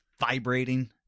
vibrating